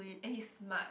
and he's smart